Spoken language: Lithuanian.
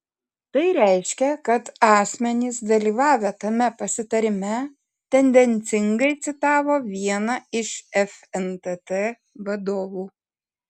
tai reiškia kad asmenys dalyvavę tame pasitarime tendencingai citavo vieną iš fntt vadovų